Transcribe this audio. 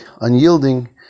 unyielding